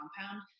compound